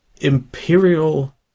Imperial